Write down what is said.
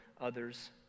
others